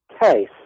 case